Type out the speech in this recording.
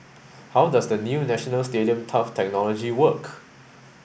how does the new National Stadium turf technology work